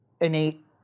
innate